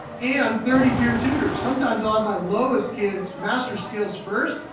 and thirty peer tutors. sometimes i'll have my lowest kids master skills first,